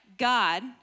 God